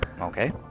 Okay